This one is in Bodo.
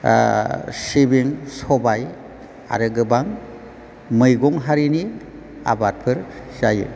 सिबिं सबाय आरो गोबां मैगं हारिनि आबादफोर जायो